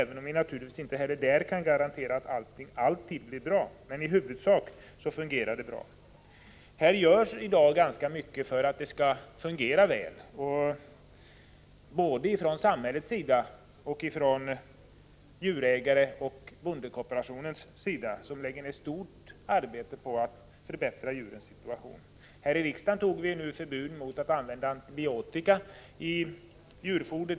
Vi kan naturligtvis inte heller där garantera att allting alltid blir bra, men i huvudsak fungerar det bra. Det görs i dag ganska mycket för att det skall fungera väl, både från samhället och från djurägare och bondekooperationen, som lägger ned stort arbete på att förbättra djurens situation. Här i riksdagen har vi beslutat om förbud mot att använda antibiotika i djurfoder.